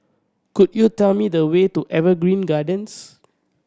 could you tell me the way to Evergreen Gardens